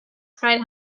cried